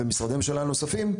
ומשרדי ממשלה נוספים,